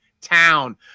town